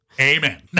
Amen